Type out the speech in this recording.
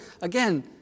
again